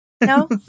No